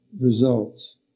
results